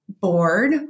bored